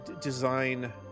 design